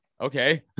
okay